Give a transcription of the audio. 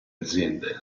aziende